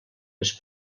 les